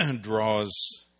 draws